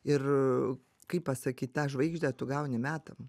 ir kaip pasakyt tą žvaigždę tu gauni metam